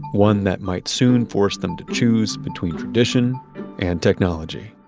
one that might soon force them to choose between tradition and technology